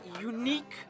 unique